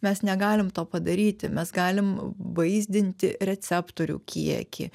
mes negalim to padaryti mes galim vaizdinti receptorių kiekį